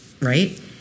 Right